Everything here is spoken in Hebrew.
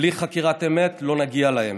בלי חקירת אמת לא נגיע לאמת.